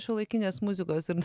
šiuolaikinės muzikos ir